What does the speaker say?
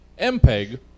Mpeg